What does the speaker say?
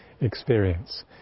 experience